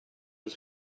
was